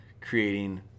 creating